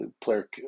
player